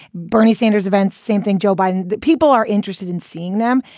bernie sanders events, same thing. joe biden, people are interested in seeing them.